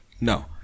No